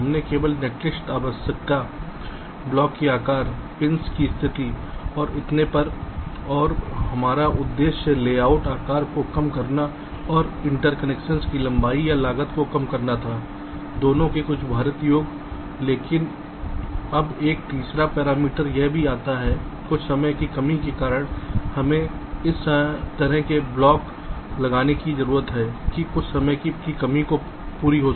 हमने केवल नेटलिस्ट आवश्यकता ब्लॉक के आकार पिंस की स्थिति और इतने पर और हमारा उद्देश्य लेआउट आकार को कम करना और इंटरकनेक्शन की लंबाई या लागत को कम करना था दोनों के कुछ भारित योग लेकिन अब एक तीसरा पैरामीटर यह भी आता है कुछ समय की कमी के कारण हमें इस तरह से ब्लॉक लगाने की जरूरत है कि कुछ समय की कमी पूरी हो